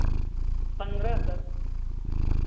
पन्द्रह सर